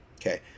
okay